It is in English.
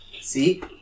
See